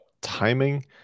timing